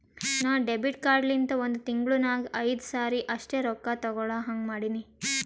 ನಾ debit card ಲಿಂತ ಒಂದ್ ತಿಂಗುಳ ನಾಗ್ ಐಯ್ದು ಸರಿ ಅಷ್ಟೇ ರೊಕ್ಕಾ ತೇಕೊಳಹಂಗ್ ಮಾಡಿನಿ